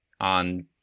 on